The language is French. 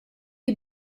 est